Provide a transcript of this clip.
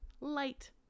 light